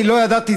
אני לא ידעתי,